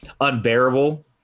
unbearable